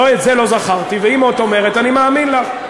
את זה לא זכרתי, ואם את אומרת, אני מאמין לך.